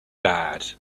bad